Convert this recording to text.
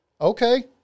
Okay